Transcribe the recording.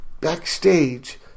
backstage